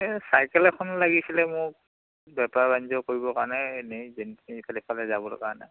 এ cycle এখন লাগিছিল মোক বেপাৰ বাণিজ্য কৰিবৰ কাৰণে এনে যেনি তেনি ইফালে সিফালে যাবলৈ কাৰণে